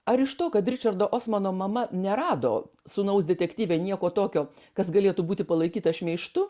ar iš to kad ričardo osmano mama nerado sūnaus detektyve nieko tokio kas galėtų būti palaikyta šmeižtu